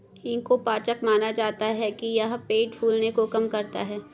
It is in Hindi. हींग को पाचक माना जाता है कि यह पेट फूलने को कम करता है